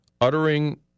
uttering